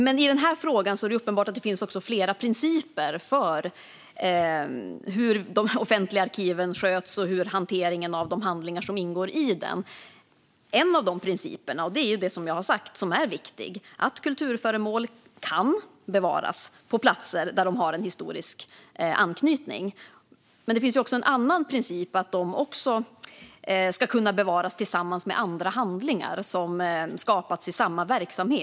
I den här frågan är det uppenbart att det finns flera principer för hur de offentliga arkiven sköts och hur hanteringen av de handlingar som ingår i dem går till. En av dessa principer är den som jag har talat om och som är viktig: Kulturföremål kan bevaras på platser där de har en historisk anknytning. Men det finns också en annan princip om att de även ska kunna bevaras tillsammans med andra handlingar som har skapats i samma verksamhet.